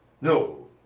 No